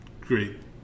great